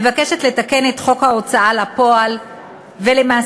מבקשת לתקן את חוק ההוצאה לפועל ולמעשה